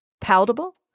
palatable